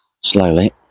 slowly